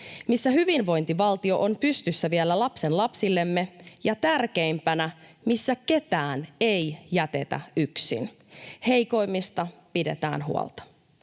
missä hyvinvointivaltio on pystyssä vielä lapsenlapsillemme ja, tärkeimpänä, missä ketään ei jätetä yksin, heikoimmista pidetään huolta.